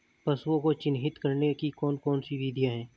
पशुओं को चिन्हित करने की कौन कौन सी विधियां हैं?